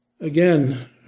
again